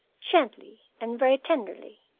gently and very tenderly.